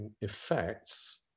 effects